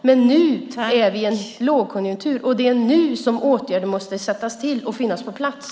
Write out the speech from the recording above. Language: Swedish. Men nu är vi i en lågkonjunktur, och det är nu som åtgärder måste sättas in och finnas på plats.